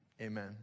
amen